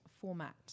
format